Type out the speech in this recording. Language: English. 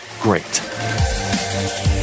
great